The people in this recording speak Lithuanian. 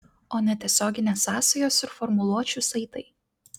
o netiesioginės sąsajos ir formuluočių saitai